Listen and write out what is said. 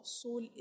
soul